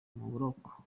buroko